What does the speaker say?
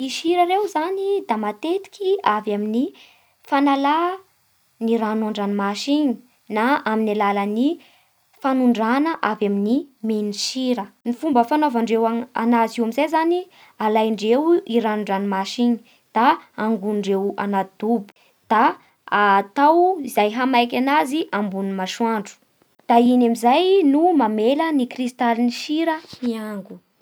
Ny sira reo zany da matetiky avy amin'ny fanala ny rano andranomasy igny na amin'ny alalan'ny fanondrana avy amin'ny miny sira, ny fomba fanaovandreo anazy io amin'izay zany alandreo i ranon-dranomasy iny da angonondreo anaty dobo, da atao ze hahamaiky anazy ambony masoandro, da igny amin'izay no mamela ny kristaly ny sira hiango.